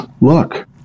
look